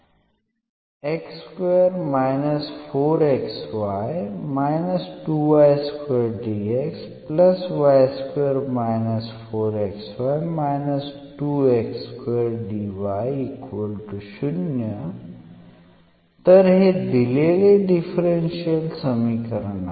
तर हे दिलेले डिफरन्शियल समीकरण आहे